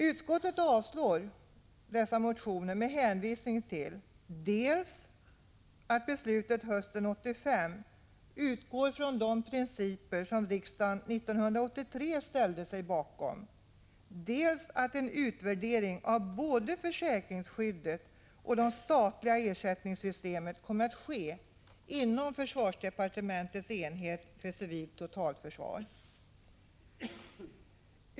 Utskottet avstyrkte motionerna med hänvisning till dels att beslutet hösten 1985 utgick från de principer som riksdagen ställde sig bakom 1983, dels att en utvärdering av både försäkringsskyddet och det statliga ersättningssystemet kommer att ske inom försvarsdepartementets enhet för civilt totalförsvar.